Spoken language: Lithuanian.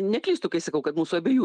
neklystu kai sakau kad mūsų abiejų